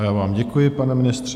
Já vám děkuji, pane ministře.